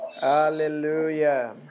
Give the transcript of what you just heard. Hallelujah